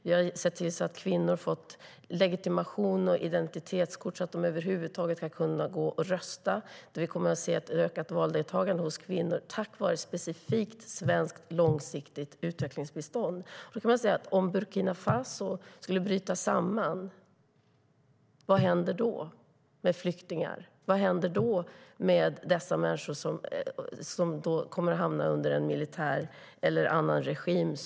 Vi har sett till att kvinnor har fått legitimation och identitetskort, så att de över huvud taget kan gå och rösta. Vi kommer att se ett ökat valdeltagande hos kvinnor tack vare specifikt svenskt långsiktigt utvecklingsbistånd. Om Burkina Faso skulle bryta samman, vad händer då med flyktingar? Vad händer med de människor som hamnar under en militär eller annan regim?